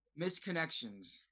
misconnections